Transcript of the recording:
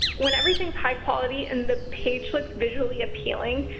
when everything's high-quality and the page looks visually appealing,